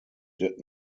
did